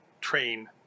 train